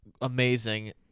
amazing